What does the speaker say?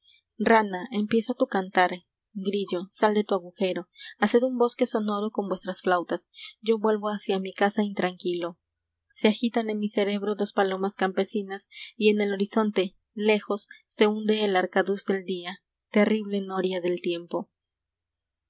tu cantar grillo sal de tu agujero haced un bosque sonoro con vuestras flautas yo vuelvo hacia mi casa intranquilo se agitan en mi cerebro dos palomas campesinas y en el horizonte lejos se hunde el arcaduz del día terrible noria del tiempo